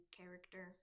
character